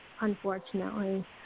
unfortunately